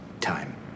time